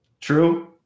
True